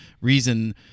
reason